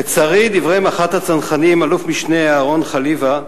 לצערי, דברי מח"ט הצנחנים אל"מ אהרן חליוה,